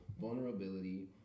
vulnerability